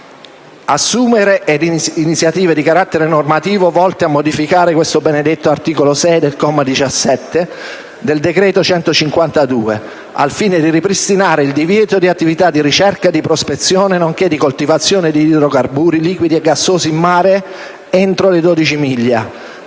assumere iniziative di carattere normativo volte a modificare il benedetto articolo 6, comma 17, del decreto legislativo n. 152 del 2006, al fine di ripristinare il divieto di attività di ricerca, di prospezione, nonché di coltivazione di idrocarburi liquidi e gassosi in mare entro le 12 miglia,